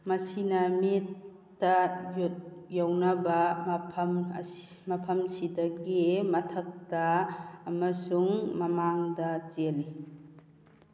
ꯃꯁꯤꯅ ꯃꯤꯠꯇ ꯌꯧꯅꯕ ꯃꯐꯝꯁꯤꯗꯒꯤ ꯃꯊꯛꯇ ꯑꯃꯁꯨꯡ ꯃꯃꯥꯡꯗ ꯆꯦꯜꯂꯤ